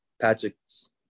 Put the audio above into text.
Patrick's